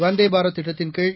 வந்தே பாரத் திட்டத்தின்கீழ்